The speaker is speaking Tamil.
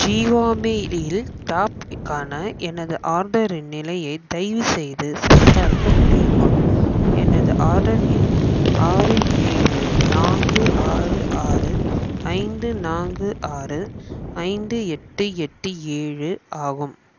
ஜீவாமேலியில் டாப் க்கான எனது ஆர்டரின் நிலையை தயவு செய்து சரிபார்க்க முடியுமா எனது ஆர்டர் எண் ஆறு ஏழு நான்கு ஆறு ஆறு ஐந்து நான்கு ஆறு ஐந்து எட்டு எட்டு ஏழு ஆகும்